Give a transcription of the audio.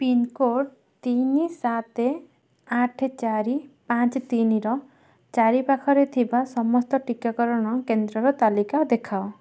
pincode ତିନି ସାତେ ଆଠେ ଚାରି ପାଞ୍ଚେ ତିନିର ଚାରିପାଖରେ ଥିବା ସମସ୍ତ ଟିକାକରଣ କେନ୍ଦ୍ରର ତାଲିକା ଦେଖାଅ